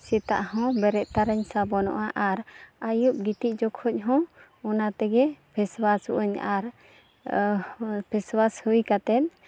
ᱥᱮᱛᱟᱜ ᱦᱚᱸ ᱵᱮᱨᱮᱫ ᱛᱚᱨᱟᱧ ᱥᱟᱵᱚᱱᱚᱜᱼᱟ ᱟᱨ ᱟᱹᱭᱩᱵ ᱜᱤᱛᱤᱡ ᱡᱚᱠᱷᱚᱱ ᱦᱚᱸ ᱯᱷᱮᱥᱚᱣᱟᱥᱚᱜ ᱟᱹᱧ ᱟᱨ ᱯᱷᱮᱥᱚᱣᱟᱥ ᱦᱩᱭ ᱠᱟᱛᱮ